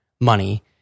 money